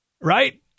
right